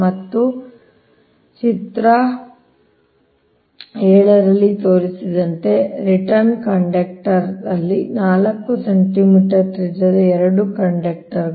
ಮತ್ತು ಚಿತ್ರ 7 ರಲ್ಲಿ ತೋರಿಸಿರುವಂತೆ ರಿಟರ್ನ್ ಕಂಡಕ್ಟರ್ ಲ್ಲಿ 4 ಸೆಂಟಿಮೀಟರ್ ತ್ರಿಜ್ಯದ 2 ಕಂಡಕ್ಟರ್ಗಳು